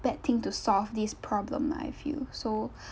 bad thing to solve this problem I feel so